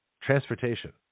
transportation